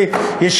לנשים,